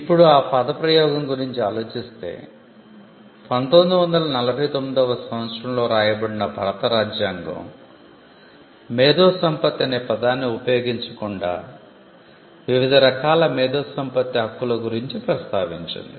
ఇప్పుడు ఆ పద ప్రయోగం గురించి ఆలోచిస్తే 1949వ సంవత్సరం లో రాయబడిన భారత రాజ్యాంగం మేధో సంపత్తి అనే పదాన్ని ఉపయోగించకుండా వివిధ రకాల మేధో సంపత్తి హక్కుల గురించి ప్రస్తావించింది